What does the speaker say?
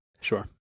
sure